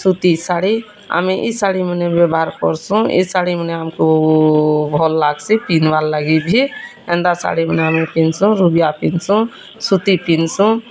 ସୂତି ଶାଢ଼ି ଆମେ ଏ ଶାଢ଼ିମାନେ ବ୍ୟବହାର କର୍ସୁଁ ମାନେ ଏ ଶାଢ଼ିମାନେ ଆମ୍କୁ ଭଲ୍ ଲାଗ୍ସି ପିନ୍ଧ୍ବାରକେ ଏନ୍ତା ଶାଢ଼ିମାନେ ପିନ୍ଧ୍ସୁଁ ରୁବିଆ ଶାଢ଼ି ସୂତି ପିନ୍ଧୁସୁଁ